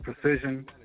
precision